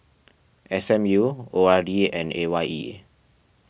S M U O R D and A Y E